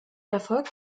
erfolg